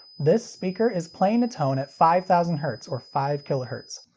this speaker is playing a tone at five thousand hertz or five kilohertz.